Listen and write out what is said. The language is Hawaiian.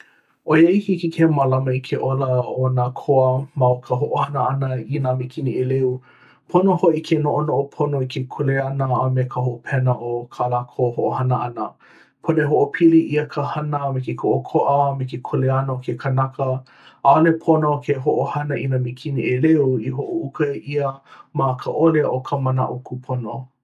ʻOiai hiki ke mālama i ke ola o nā koa ma o ka hoʻohana ʻana i nā mīkini ʻeleu, pono hoʻi ke noʻonoʻo pono i ke kuleana a me ka hopena o kā lākou hoʻohana ʻana. Pono e hoʻopili ʻia ka hana me ke kūʻokoʻa a me ke kuleana o ke kanaka. ʻAʻole pono ke hoʻohana i nā mīkini ʻeleu i hoʻouka ʻia me ka ʻole o ka manaʻo kūpono.